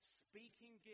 speaking